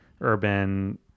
urban